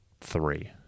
three